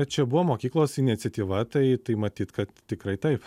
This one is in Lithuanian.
čia buvo mokyklos iniciatyva tai tai matyt kad tikrai taip